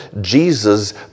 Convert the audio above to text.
Jesus